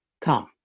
Come